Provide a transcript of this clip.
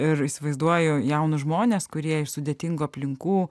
ir įsivaizduoju jaunus žmones kurie iš sudėtingų aplinkų